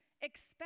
expect